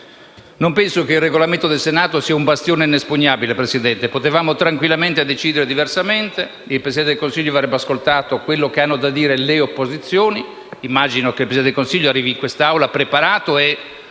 Non penso che il Regolamento del Senato sia un bastione inespugnabile, Presidente. Potevamo tranquillamente decidere diversamente. Il Presidente del Consiglio avrebbe ascoltato quanto hanno da dire le opposizioni. Immagino che lo stesso arrivi in quest'Assemblea preparato,